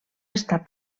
estar